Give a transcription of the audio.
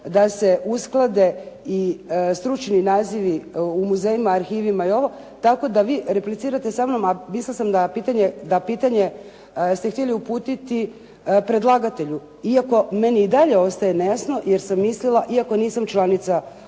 da se usklade i stručni nazivi u muzejima, arhivima i ovo tako da vi replicirate sa mnom, a mislila sam da pitanje ste htjeli uputiti predlagatelju. Iako, meni i dalje ostaje nejasno jer sam mislila iako sam nisam članica Odbora